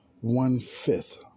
one-fifth